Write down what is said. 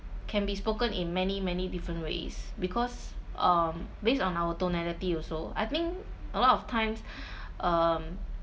can be spoken in many many different ways because um based on our tonality also I think a lot of times um